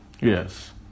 Yes